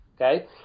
okay